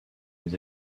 les